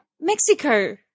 Mexico